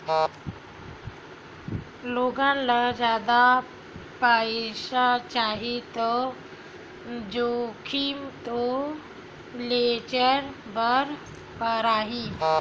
लोगन ल जादा पइसा चाही त जोखिम तो लेयेच बर परही